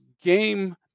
game